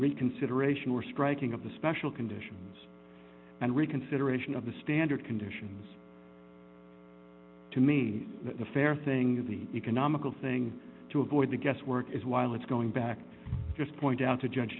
reconsideration or striking of the special conditions and reconsideration of the standard conditions to me the fair thing the economical thing to avoid the guesswork is while it's going back just pointed out to judge